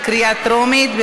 בקריאה טרומית.